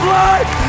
life